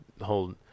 whole